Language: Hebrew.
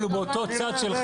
אבל הוא באותו צד שלך.